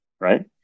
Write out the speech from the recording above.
right